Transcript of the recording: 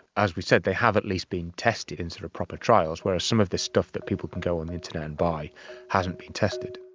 as we said, they have at least been tested in sort of proper trials, whereas some of this stuff that people can go on the internet and buy hasn't been tested.